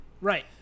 Right